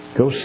go